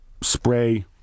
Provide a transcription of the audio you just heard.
spray